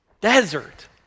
desert